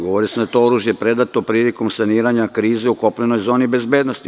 Govorio sam da je to oružje predato prilikom saniranja krize u kopnenoj zoni bezbednosti.